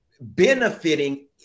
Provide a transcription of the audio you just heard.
benefiting